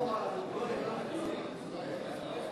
הצעת ועדת הכנסת להעביר את הנושא: